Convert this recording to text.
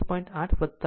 3 o લેવામાં આવે છે